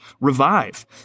revive